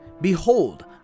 behold